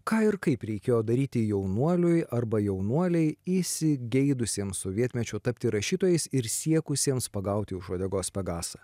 ką ir kaip reikėjo daryti jaunuoliui arba jaunuolei įsigeidusiems sovietmečiu tapti rašytojais ir siekusiems pagauti už uodegos pegasą